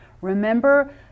Remember